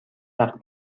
وقت